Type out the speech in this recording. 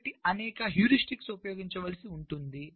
కాబట్టి అనేక హ్యూరిస్టిక్స్ ఉపయోగించాల్సి ఉంటుంది